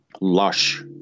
lush